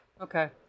Okay